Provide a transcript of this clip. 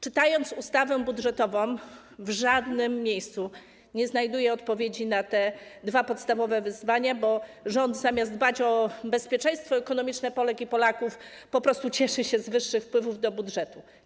Czytając ustawę budżetową, w żadnym miejscu nie znajduję odpowiedzi na te dwa podstawowe wyzwania, bo rząd zamiast dbać o bezpieczeństwo ekonomiczne Polek i Polaków, po prostu cieszy się z wyższych wpływów do budżetu.